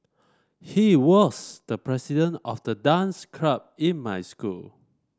he was the president of the dance club in my school